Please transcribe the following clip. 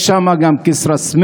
יש שם גם את כסרא-סמיע,